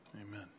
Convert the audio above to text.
amen